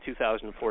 2004